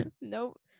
Nope